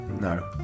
no